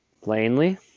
Plainly